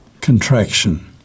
Contraction